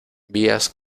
vías